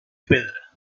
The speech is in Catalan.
pedra